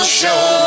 show